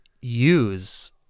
use